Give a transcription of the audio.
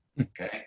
Okay